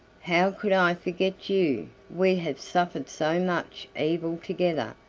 how could i forget you? we have suffered so much evil together,